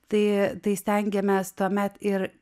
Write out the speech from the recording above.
tai tai stengiamės tuomet ir